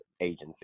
agency